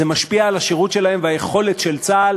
זה משפיע על השירות שלהם ועל היכולת של צה"ל